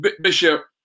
Bishop